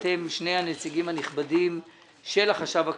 אתם שני הנציגים הנכבדים של החשב הכללי,